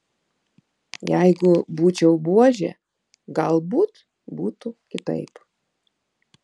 jeigu būčiau buožė galbūt būtų kitaip